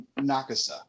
Nakasa